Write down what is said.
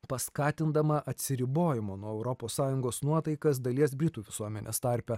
paskatindama atsiribojimo nuo europos sąjungos nuotaikas dalies britų visuomenės tarpe